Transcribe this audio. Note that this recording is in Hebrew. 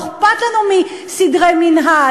לא אכפת לנו מסדרי מינהל,